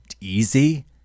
easy